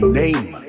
name